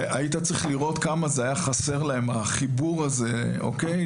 והיית צריך לראות כמה היה חסר להם החיבור הזה לקבל,